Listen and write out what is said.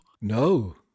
No